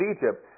Egypt